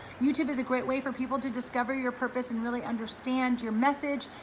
youtube is a great way for people to discover your purpose and really understand your message,